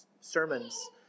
sermons